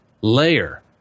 layer